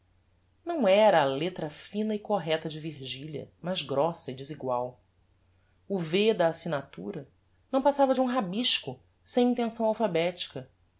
não era a letra fina e correcta de virgilia mas grossa e desegual o v da assignatura não passava de um rabisco sem intenção alphabetica